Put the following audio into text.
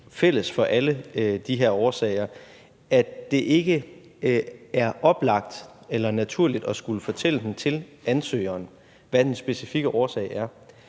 fælles for alle de her årsager, nemlig at det ikke er oplagt eller naturligt at skulle fortælle ansøgeren, hvad den specifikke årsag er,